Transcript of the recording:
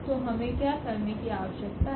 तो हमें क्या करने की आवश्यकता है